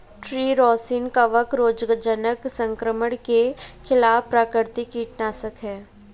tree rosin कवक रोगजनक संक्रमण के खिलाफ प्राकृतिक कीटनाशक है